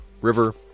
River